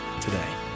today